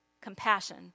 compassion